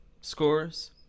scores